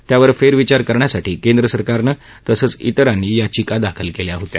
त्यावर फेरविचार करण्यासाठी केंद्रसरकारनं तसंच इतरांनी याचिका दाखल केल्या होत्या